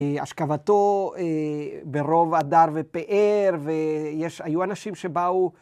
‫השכבתו ברוב אדר ופאר, ‫והיו אנשים שבאו...